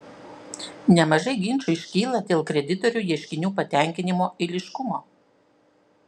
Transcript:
nemažai ginčų iškyla dėl kreditorių ieškinių patenkinimo eiliškumo